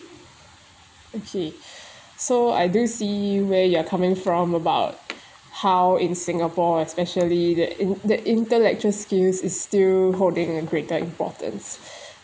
okay so I do see where you are coming from about how in singapore especially the in the intellectual skills is still holding a greater importance